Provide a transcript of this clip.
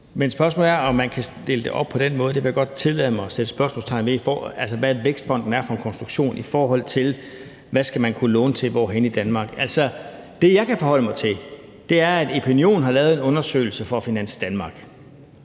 Men spørgsmålet er, om man kan stille det op på den måde; det vil jeg godt tillade mig at sætte spørgsmålstegn ved, altså hvad Vækstfonden er for en konstruktion, i forhold til hvad man skal kunne låne til hvorhenne i Danmark. Altså, det, jeg kan forholde mig til, er, at Epinion har lavet en undersøgelse for Finans Danmark,